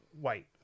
White